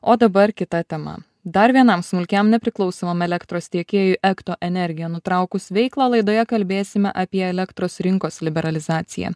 o dabar kita tema dar vienam smulkiam nepriklausomam elektros tiekėjui ekto energija nutraukus veiklą laidoje kalbėsime apie elektros rinkos liberalizaciją